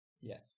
Yes